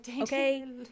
okay